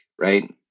right